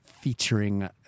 featuring